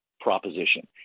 proposition